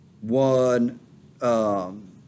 One –